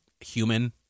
human